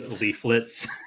leaflets